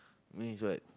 means what